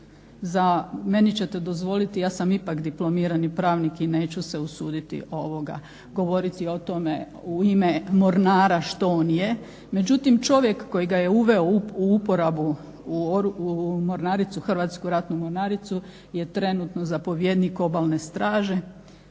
za, meni ćete dozvoliti ja sam ipak diplomirani pravnik i neću se usuditi govoriti o tome u ime mornara što on je, međutim čovjek koji ga je uveo u uporabu u mornaricu, Hrvatsku ratnu mornaricu je trenutno zapovjednik Obalne straže